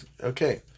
Okay